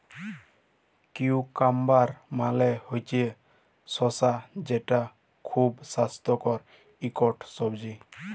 cucumber মালে হছে শসা যেট খুব স্বাস্থ্যকর ইকট সবজি